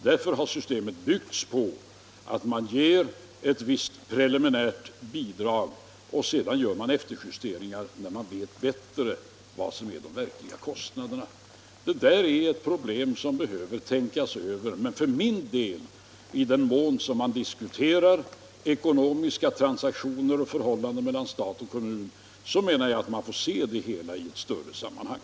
Därför har systemet byggts på att man ger ett | visst preliminärt bidrag, och sedan gör man efterjusteringar när man vet bättre vad som är de verkliga kostnaderna. Det där är ett problem som behöver tänkas över. Men för min del menar jag, i den mån man diskuterar ekonomiska transaktioner och förhållandet mellan stat och kommun, att det hela får ses i ett större sammanhang.